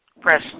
press